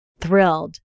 thrilled